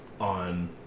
on